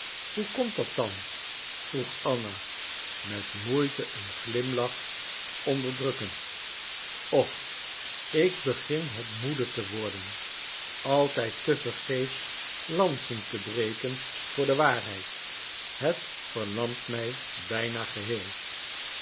hoe komt dat dan vroeg anna met moeite een glimlach onderdrukkend och ik begin het moede te worden altijd te vergeefs lansen te breken voor de waarheid het verlamt mij bijna geheel